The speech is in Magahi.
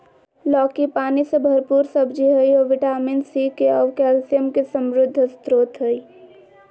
लौकी पानी से भरपूर सब्जी हइ अ विटामिन सी, के आऊ कैल्शियम के समृद्ध स्रोत हइ